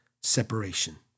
separation